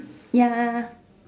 ya